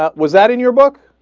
ah was that in your book